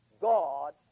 God